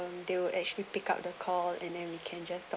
they'll actually pick up the call and then we can just talk